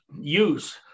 use